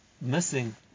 missing